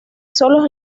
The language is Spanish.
solos